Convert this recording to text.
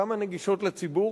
כמה נגישות לציבור?